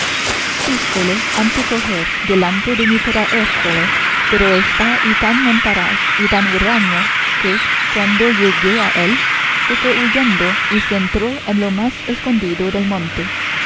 una compasión miralle quísele antecoger delante de mí y traérosle pero está ya tan montaraz y tan huraño que cuando llegé a él se fue huyendo y se entró en lo más escondido del monte